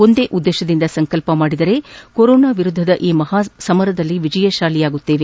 ಒಂದೇ ಉದ್ದೇಶದಿಂದ ಸಂಕಲ್ಪ ಮಾಡಿದರೆ ಕೊರೋನಾ ವಿರುದ್ದದ ಈ ಮಹಾ ಸಮರದಲ್ಲಿ ವಿಜಯಶಾಲಿಯಾಗುತ್ತೇವೆ